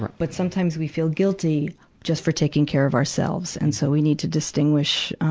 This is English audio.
but sometimes we feel guilty just for taking care of ourselves. and so we need to distinguish,